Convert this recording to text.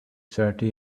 thirty